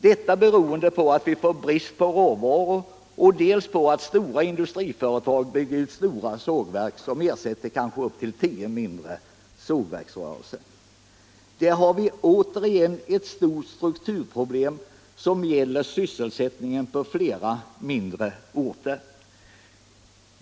Detta beror dels på att vi får brist på råvaror, dels på att de stora industriföretagen bygger sågverk som ersätter kanske upp till tio mindre sågverksrörelser. Där har vi åter ett stort strukturproblem som gäller sysselsättningen på flera mindre orter.